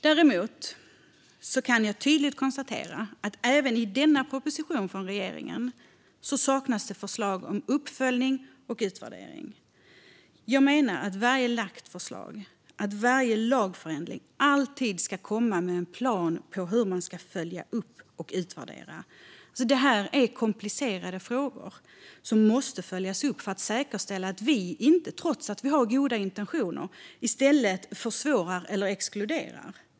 Däremot kan jag tydligt konstatera att det även i denna proposition från regeringen saknas förslag om uppföljning och utvärdering. Jag menar att varje förslag och varje lagändring alltid ska komma med en plan på hur man ska följa upp och utvärdera. Det här är komplicerade frågor som måste följas upp för att säkerställa att vi inte, trots att vi har goda intentioner, i stället försvårar eller exkluderar.